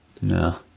No